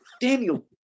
Daniel